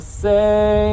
say